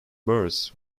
bursts